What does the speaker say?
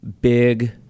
big